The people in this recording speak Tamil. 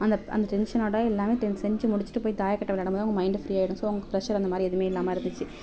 அந்த அந்த டென்ஷனோட எல்லாமே செஞ்சு முடிச்சுட்டு போய் தாயக்கட்டை விளையாடும் போது அவங்க மைண்ட் ஃப்ரீ ஆகிடும் ஸோ அவர்களுக்கு பிரஷர் அந்த மாதிரி எதுவுமே இல்லாமல் இருந்துச்சு